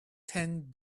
ten